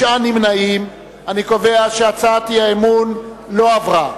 61, נמנעים, 9. אני קובע שהצעת האי-אמון לא עברה.